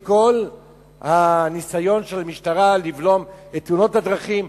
עם כל הניסיון של המשטרה לבלום את תאונות הדרכים,